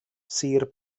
sir